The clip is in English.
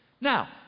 Now